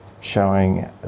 showing